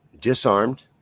disarmed